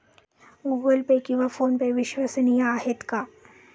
Google Pay किंवा फोनपे विश्वसनीय आहेत का?